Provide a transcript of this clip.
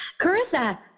Carissa